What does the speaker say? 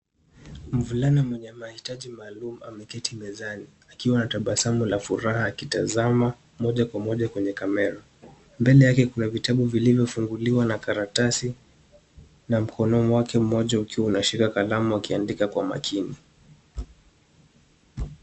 Mvulana mwenye mahitaji maalum ameketi mezani akiwa na tabasamu la furaha akitazama moja kwa moja kwenye kamera. Mbele yake kuna vitabu vilivyofunguliwa na karatasi na mkono wake mmoja ukiwa unashika kalamu akiandika kwa makini.